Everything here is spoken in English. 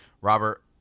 Robert